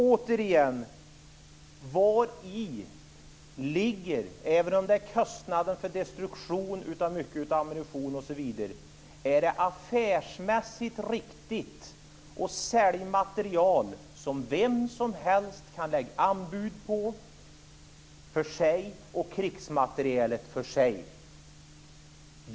Återigen: Även om det uppstår kostnader för destruktion av ammunition, är det affärsmässigt riktigt att sälja materiel som vem som helst kan lägga anbud på, civil material för sig och krigsmateriel för sig?